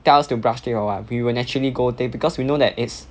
tell us to brush teeth or what we will naturally go there because we know that its